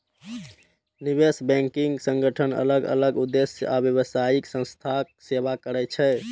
निवेश बैंकिंग संगठन अलग अलग उद्देश्य आ व्यावसायिक संस्थाक सेवा करै छै